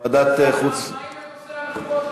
מה עם נושא המחוות?